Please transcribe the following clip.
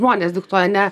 žmonės diktuoja ne